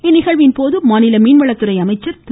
இந்நிகழ்வின்போது மாநில மீன்வளத்துறை அமைச்சர் திரு